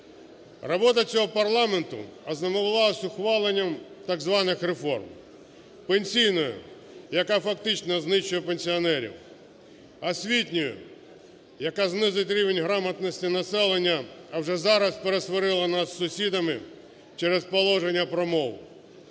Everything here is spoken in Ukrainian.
Робота цього парламенту ознаменувалася ухваленням так званих реформ: пенсійною, яка, фактично, знищує пенсіонерів; освітньою, яка знизить рівень грамотності населення, а вже зараз пересварила нас з сусідами через Положення про мову;